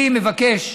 אני מבקש